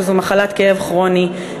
שזו מחלת כאב כרוני,